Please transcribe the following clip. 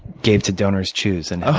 gave to donors choose, and ah